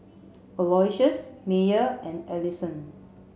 Aloysius Meyer and Allyson